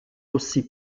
aussi